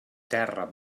terra